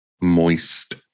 Moist